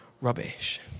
rubbish